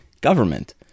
government